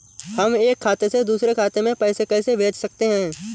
हम एक खाते से दूसरे खाते में पैसे कैसे भेज सकते हैं?